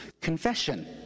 confession